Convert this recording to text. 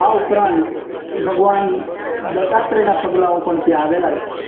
આ ઉપરાંત ભગવાન દતાત્રેયનાં પગલાઓ પણ ત્યાં આવેલાં છે